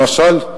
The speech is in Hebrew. למשל,